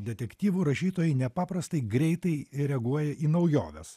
detektyvų rašytojai nepaprastai greitai reaguoja į naujoves